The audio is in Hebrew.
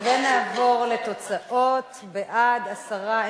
ונעבור לתוצאות: עשרה בעד,